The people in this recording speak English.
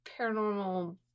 paranormal